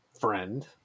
friend